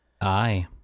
Aye